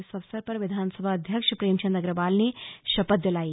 इस अवसर पर विधानसभा अध्यक्ष प्रेमचंद अग्रवाल ने शपथ दिलाई